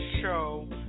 show